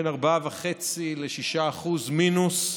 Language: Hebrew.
בין 4.5% ל-6% מינוס.